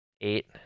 eight